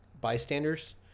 bystanders